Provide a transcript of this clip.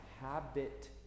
habit